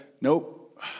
Nope